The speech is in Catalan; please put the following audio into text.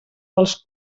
dels